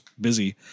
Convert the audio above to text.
busy